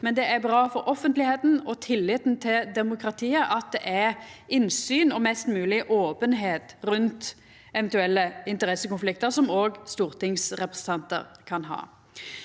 men det er bra for offentlegheita og tilliten til demokratiet at det er innsyn og mest mogleg openheit rundt eventuelle interessekonfliktar som òg stortingsrepresentantar kan ha.